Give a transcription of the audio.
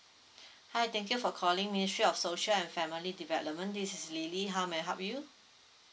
hi thank you for calling ministry of social and family development this is lily how may I help you